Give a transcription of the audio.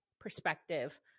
perspective